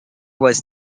was